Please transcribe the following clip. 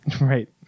Right